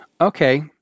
Okay